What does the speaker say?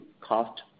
cost